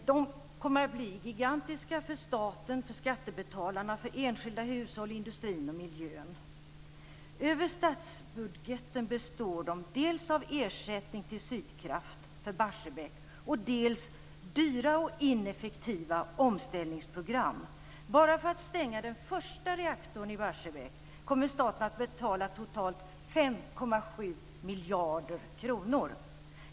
De kommer att bli gigantiska för staten, skattebetalarna, enskilda hushåll, industrin och miljön. Kostnaderna, som betalas via statsbudgeten, består av dels ersättning till Sydkraft för Barsebäck, dels dyra och ineffektiva omställningsprogram. Bara för att stänga den första reaktorn i Barsebäck kommer staten att få betala totalt 5,7 miljarder kronor.